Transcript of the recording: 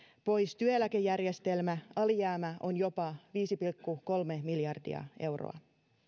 pois työeläkejärjestelmä alijäämä on jopa viisi pilkku kolme miljardia euroa